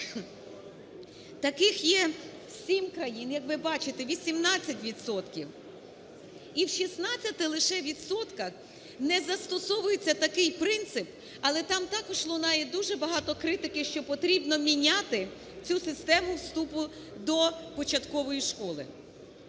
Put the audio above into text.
Таких є 7 країн, як ви бачите, 18 відсотків. І в 16 лише відсотках не застосовується такий принцип, але там також лунає дуже багато критики, що потрібно міняти цю систему вступу до початкової школи.